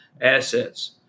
assets